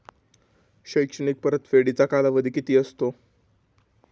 शैक्षणिक परतफेडीचा कालावधी किती असतो?